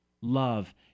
Love